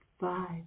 five